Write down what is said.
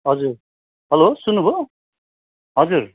हजुर हेलो सुन्नु भयो हजुर